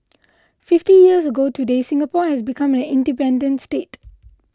fifty years ago today Singapore has become an independent state